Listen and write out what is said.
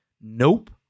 Nope